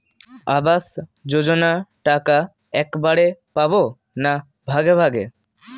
আবাস যোজনা টাকা একবারে পাব না ভাগে ভাগে?